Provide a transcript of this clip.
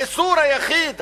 האיסור היחיד,